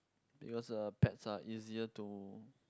it was a pets ah easier to